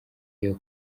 iyo